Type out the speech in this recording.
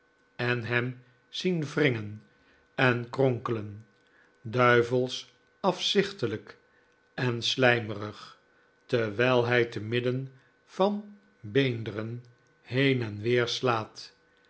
en hem zien wringen en kronkelen duivelsch afzichtelijk en slijmerig terwijl hij te midden van beenderen heen en weer slaat